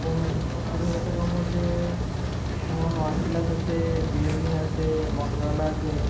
পনেরো থেক কুড়ি হাজার টাকার মধ্যে যেমন ওয়ান প্লাস আছে রিয়েলমি আছে মটোরোলা আছে